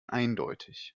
eindeutig